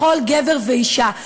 לכל גבר ואישה.